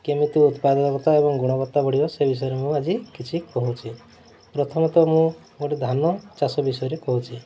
କେମିତି ଉତ୍ପାଦନକତା ଏବଂ ଗୁଣବତ୍ତା ବଢ଼ିବ ସେ ବିଷୟରେ ମୁଁ ଆଜି କିଛି କହୁଛି ପ୍ରଥମତଃ ମୁଁ ଗୋଟେ ଧାନ ଚାଷ ବିଷୟରେ କହୁଛି